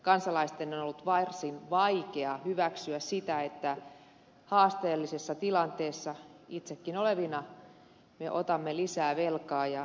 kansalaisten on ollut varsin vaikea hyväksyä sitä että haasteellisessa tilanteessa itsekin olevina me otamme lisää velkaa ja autamme muita